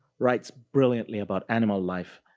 writes brilliantly about animal life.